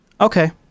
Okay